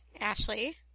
Ashley